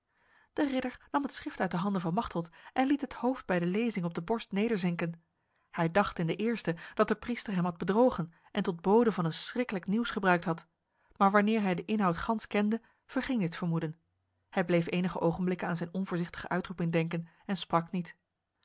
de ridder nam het schrift uit de handen van machteld en liet het hoofd bij de lezing op de borst nederzinken hij dacht in den eerste dat de priester hem had bedrogen en tot bode van een schrikkelijk nieuws gebruikt had maar wanneer hij de inhoud gans kende verging dit vermoeden hij bleef enige ogenblikken aan zijn onvoorzichtige uitroeping denken en sprak niet